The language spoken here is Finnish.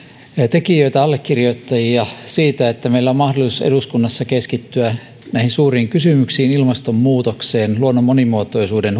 tekijöitä allekirjoittajia siitä että meillä on mahdollisuus eduskunnassa keskittyä näihin suuriin kysymyksiin ilmastonmuutokseen ja luonnon monimuotoisuuden